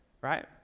right